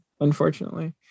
Unfortunately